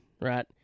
right